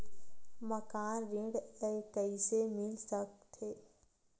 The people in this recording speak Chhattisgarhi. मकान ऋण कइसे मिल सकथे?